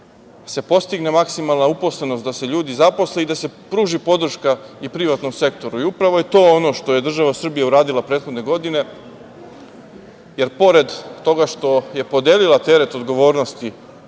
se postigne maksimalna uposlenost, da se ljudi zaposle i da se pruži podrška i privatnom sektoru. Upravo je to ono što je država Srbija uradila prethodne godine, jer pored toga što je podelila teret odgovornosti